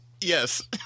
yes